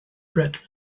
brett